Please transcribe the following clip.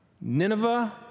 Nineveh